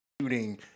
shooting